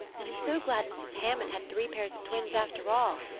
and i'm so glad mrs. hammond had three pairs of twins after all.